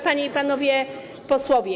Panie i Panowie Posłowie!